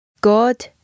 God